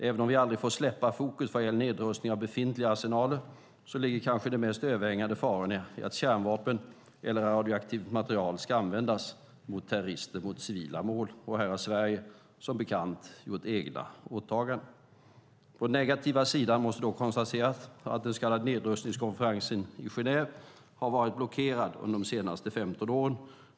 Även om vi aldrig får släppa fokus vad gäller nedrustning av befintliga kärnvapenarsenaler ligger kanske de mest överhängande farorna i att kärnvapen eller radioaktivt material ska användas av terrorister mot civila mål. Här har Sverige som bekant gjort egna åtaganden. På den negativa sidan måste dock konstateras att den så kallade nedrustningskonferensen i Genève har varit blockerad under de senaste 15 åren.